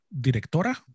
directora